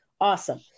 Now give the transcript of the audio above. awesome